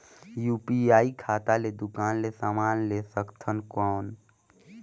UPI खाता ले दुकान ले समान ले सकथन कौन?